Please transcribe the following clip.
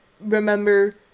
Remember